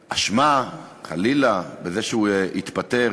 אשמה, חלילה, בזה שהוא התפטר?